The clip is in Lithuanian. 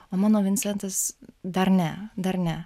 o mano vincentas dar ne dar ne